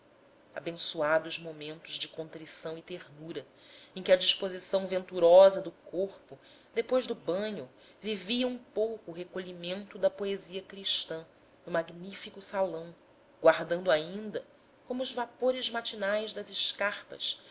abençoados momentos de contrição e ternura em que à disposição venturosa do corpo depois do banho vivia um pouco o recolhimento da poesia cristã no magnífico salão guardando ainda como os vapores matinais das escarpas